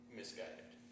misguided